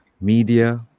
media